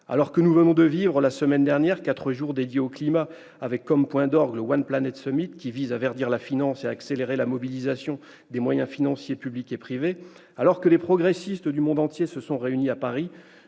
Alors que nous venons de vivre, la semaine dernière, quatre jours dédiés au climat avec comme point d'orgue le, qui vise à verdir la finance et à accélérer la mobilisation des moyens financiers publics et privés, alors que les progressistes du monde entier se sont réunis à Paris,